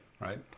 right